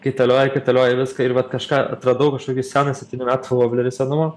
kaitalioji kaitalioji viską ir vat kažką atradau kažkokį seną septynių metų voblerį senumo